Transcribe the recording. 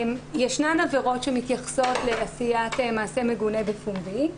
יש עבירות שמתייחסות לעשיית מעשה מגונה בפומבי.